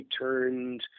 turned